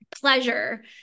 pleasure